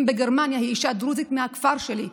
בגרמניה היא אישה דרוזית מהכפר שלי,